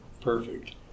perfect